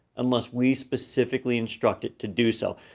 unless we specifically instruct it to do so.